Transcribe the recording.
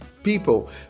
people